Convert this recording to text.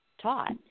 taught